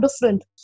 different